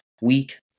week